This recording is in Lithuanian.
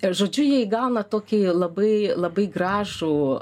ir žodžiu jie įgauna tokį labai labai gražų